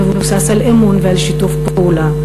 שמבוסס על אמון ושיתוף פעולה,